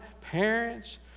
parents